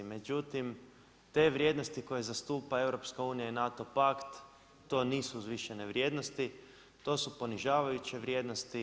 Međutim, te vrijednosti koje zastupa EU i NATO pakt to nisu uzvišene vrijednosti, to su ponižavajuće vrijednosti.